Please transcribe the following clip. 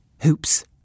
Hoops